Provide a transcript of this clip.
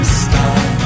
stop